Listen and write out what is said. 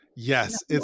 Yes